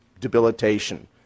debilitation